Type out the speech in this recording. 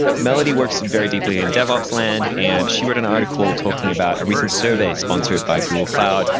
melody works very deeply in devops land. and she wrote an article talking about a recent survey, sponsored by google cloud,